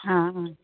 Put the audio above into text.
ആ ആ